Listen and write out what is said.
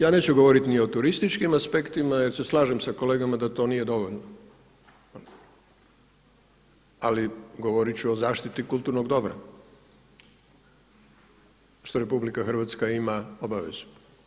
Ja neću govoriti ni o turističkim aspektima jer se slažem sa kolegama da to nije dovoljno ali govoriti ću o zaštiti kulturnog dobra što RH ima obavezu.